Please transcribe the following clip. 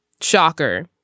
Shocker